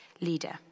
leader